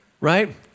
Right